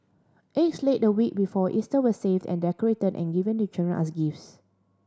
eggs laid the week before Easter were saved and decorated and given to children as gifts